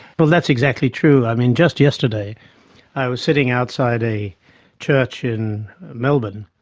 well, that's exactly true. i mean, just yesterday i was sitting outside a church in melbourne.